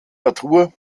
natur